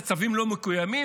כשצווים לא מקוימים,